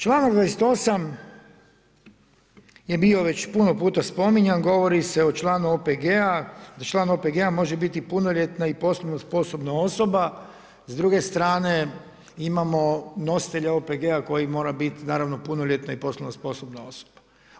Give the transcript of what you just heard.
Članak 28. je bio već puno puta spominjan, govori se o članu OPG-a, da član OPG-a može biti punoljetna i poslovno osoba, s druge strane imamo nositelja OPG-a koji mora biti naravno punoljetna i poslovno sposobna osoba.